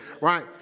right